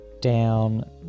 down